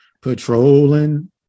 patrolling